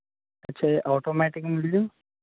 ਅੱਛਾ ਜੀ ਔਟੋਮੈਟਿਕ ਮਿਲ ਜਾਊ